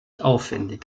aufwendig